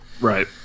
Right